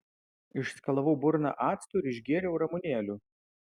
išskalavau burną actu ir išgėriau ramunėlių